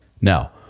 Now